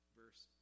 verse